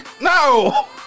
No